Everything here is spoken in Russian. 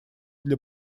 для